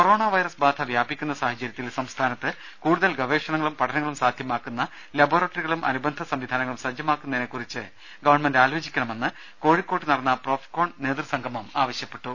corona virus ബാധ വ്യാപിക്കുന്ന സാഹചര്യത്തിൽ സംസ്ഥാനത്ത് കൂടുതൽ ഗവേഷണങ്ങളും പഠനങ്ങളും സാധ്യമാക്കുന്ന ലബോറട്ട റികളും അനുബന്ധ സംവിധാനങ്ങളും സജ്ജമാക്കുന്നതിനെ കുറിച്ച് ഗവൺമെന്റ് ആലോ ചിക്കണ മെന്ന് കോഴി ക്കോട് നടന്ന പ്രോഫ്കോൺ നേതൃസംഗമം ആവശൃപ്പെട്ടു